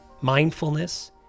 Mindfulness